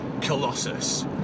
Colossus